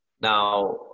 Now